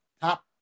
top